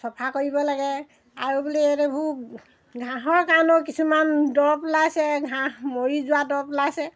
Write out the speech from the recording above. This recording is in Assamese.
চাফা কৰিব লাগে আৰু বুলি সেইদৰে এইবোৰ ঘাঁহৰ কাৰণেও কিছুমান দৰৱ ওলাইছে ঘাঁহ মৰি যোৱা দৰৱ ওলাইছে